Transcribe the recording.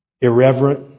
irreverent